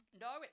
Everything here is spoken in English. No